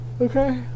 okay